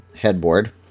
Headboard